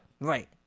Right